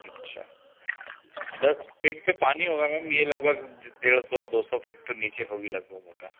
अच्छा दस फ़ीट पर पानी होगा मैम यह लगभग डेढ़ सौ दो सौ फ़ीट तो नीचे होगी लगभग मोटर